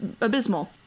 abysmal